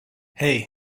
hey